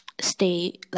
stay